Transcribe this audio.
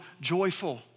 joyful